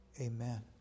Amen